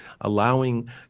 allowing